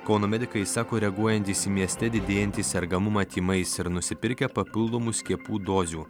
kauno medikai sako reaguojantys į mieste didėjantį sergamumą tymais ir nusipirkę papildomų skiepų dozių